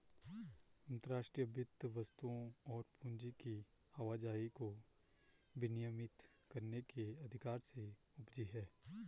अंतर्राष्ट्रीय वित्त वस्तुओं और पूंजी की आवाजाही को विनियमित करने के अधिकार से उपजी हैं